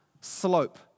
slope